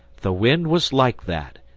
the wind was like that,